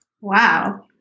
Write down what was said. Wow